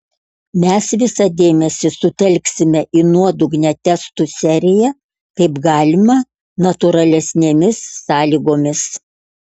mes visą dėmesį sutelksime į nuodugnią testų seriją kaip galima natūralesnėmis sąlygomis